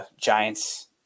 giants